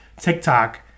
TikTok